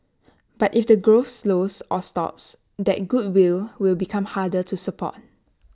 but if the growth slows or stops that goodwill will become harder to support